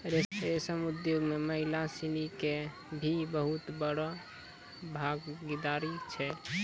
रेशम उद्योग मॅ महिला सिनि के भी बहुत बड़ो भागीदारी छै